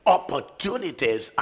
Opportunities